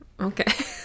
okay